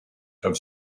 have